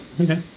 Okay